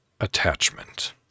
attachment